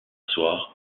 soir